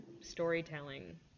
storytelling